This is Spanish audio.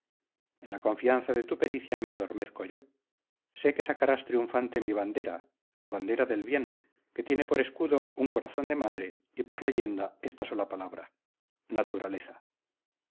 en la confianza de tu pericia me adormezco yo sé que sacarás triunfante mi bandera la bandera del bien que tiene por escudo un corazón de madre y por leyenda esta sola palabra naturaleza